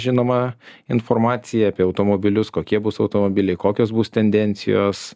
žinoma informacija apie automobilius kokie bus automobiliai kokios bus tendencijos